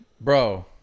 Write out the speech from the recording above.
bro